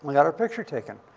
like got our picture taken.